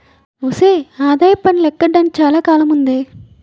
ఒసే ఆదాయప్పన్ను లెక్క కట్టడానికి చాలా కాలముందే